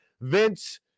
Vince